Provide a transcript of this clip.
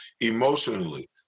emotionally